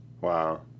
Wow